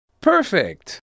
Perfect